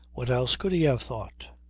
what else could he have thought?